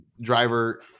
driver